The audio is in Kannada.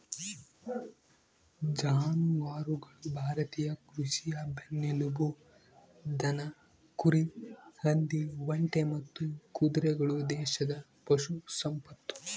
ಜಾನುವಾರುಗಳು ಭಾರತೀಯ ಕೃಷಿಯ ಬೆನ್ನೆಲುಬು ದನ ಕುರಿ ಹಂದಿ ಒಂಟೆ ಮತ್ತು ಕುದುರೆಗಳು ದೇಶದ ಪಶು ಸಂಪತ್ತು